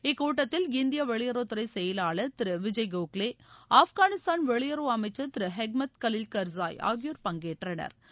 இக்கூட்டத்தில் இந்திய வெளியுறவுத்துறை செயலாளர் திரு விஜய் கோகலே ஆப்கானிஸ்தான் வெளியுறவு அமைச்ச் திரு ஹெக்மத் கலில் கா்சாய் ஆகியோா் பங்கேற்றனா்